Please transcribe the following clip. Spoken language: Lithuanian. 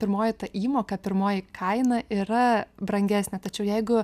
pirmoji ta įmoka pirmoji kaina yra brangesnė tačiau jeigu